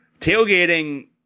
Tailgating –